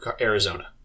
Arizona